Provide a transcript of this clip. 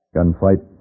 Gunfight